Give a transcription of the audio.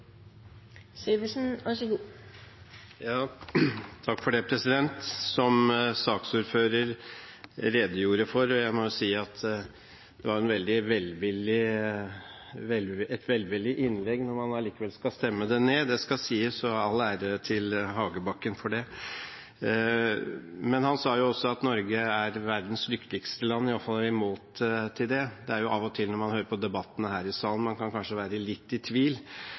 Det som saksordføreren redegjorde for, må jeg si var et veldig velvillig innlegg når man allikevel skal stemme det ned – det skal sies, så all ære til representanten Hagebakken for det. Men han sa også at Norge er «verdens lykkeligste land», i alle fall er vi målt til det. Av og til når man hører på debattene her i salen, kan man kanskje være litt i tvil